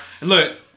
Look